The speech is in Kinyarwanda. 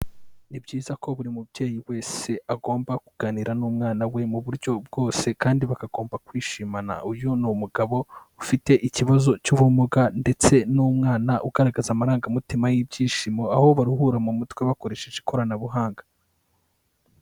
Ni byiza ko buri mubyeyi wese agomba kuganira n'umwana we mu buryo bwose kandi bakagomba kwishimana, uyu ni umugabo ufite ikibazo cy'ubumuga ndetse n'umwana ugaragaza amarangamutima y'ibyishimo, aho baruhura mu mutwe bakoresheje ikoranabuhanga.